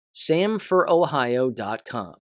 SamforOhio.com